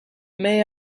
may